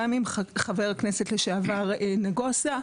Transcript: גם עם חבר הכנסת לשעבר נגוסה,